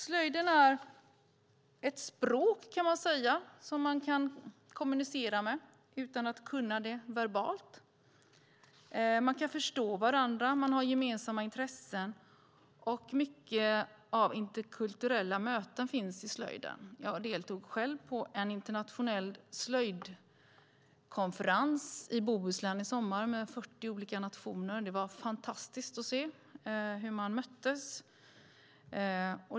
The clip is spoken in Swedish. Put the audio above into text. Slöjden är ett språk, kan man säga, som man kan kommunicera med utan att kunna det verbalt. Man kan förstå varandra, man har gemensamma intressen. Mycket av interkulturella möten finns i slöjden. Jag deltog själv på en internationell slöjdkonferens i Bohuslän i somras med 40 olika nationer. Det var fantastiskt att se hur man möttes.